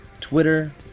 Twitter